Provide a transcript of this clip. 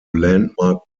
landmark